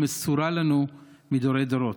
המסורה לנו מדורי דורות.